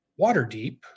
Waterdeep